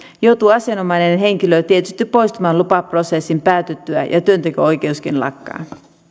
joutuu asianomainen henkilö tietysti poistumaan lupaprosessin päätyttyä ja työnteko oikeuskin lakkaa